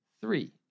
three